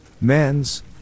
Men's